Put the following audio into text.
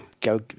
go